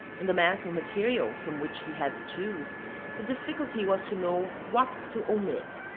in the mass of material from which he had to choose the difficulty was to know what to omit,